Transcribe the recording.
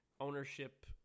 ownership